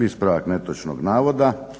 ispravak netočnog navoda.